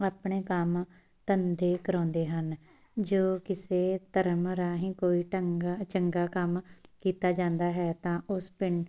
ਆਪਣੇ ਕੰਮ ਧੰਦੇ ਕਰਵਾਉਂਦੇ ਹਨ ਜੋ ਕਿਸੇ ਧਰਮ ਰਾਹੀਂ ਕੋਈ ਢੰਗਾ ਚੰਗਾ ਕੰਮ ਕੀਤਾ ਜਾਂਦਾ ਹੈ ਤਾਂ ਉਸ ਪਿੰਡ